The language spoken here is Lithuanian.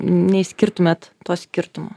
neiskirtumėt to skirtumo